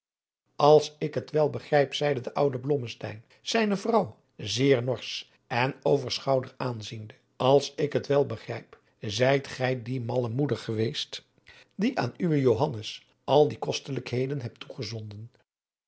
als ik het wel begrijp zeide de oude blommesteyn zijne vrouw zeer norsch en over schouder aanziende als ik het wel begrijp zijt gij die malle moeder geweest die aan uwen johannes al die kostelijkheden hebt toegezonden